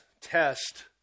test